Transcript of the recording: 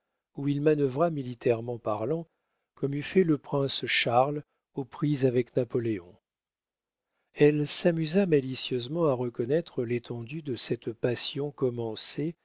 où il manœuvra militairement parlant comme eût fait le prince charles aux prises avec napoléon elle s'amusa malicieusement à reconnaître l'étendue de cette passion commencée